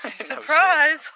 Surprise